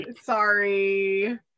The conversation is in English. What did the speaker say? Sorry